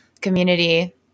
community